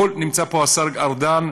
נמצא פה השר ארדן,